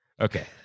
Okay